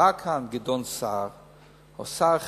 כשבא כאן גדעון סער או שר אחר,